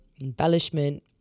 embellishment